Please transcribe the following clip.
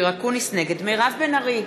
נגד מירב בן ארי,